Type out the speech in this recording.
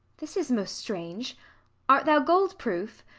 this is most strange art thou gold proof?